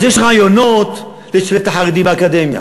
אז יש רעיונות לשלב את החרדים באקדמיה,